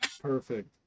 perfect